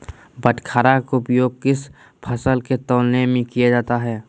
बाटखरा का उपयोग किस फसल को तौलने में किया जाता है?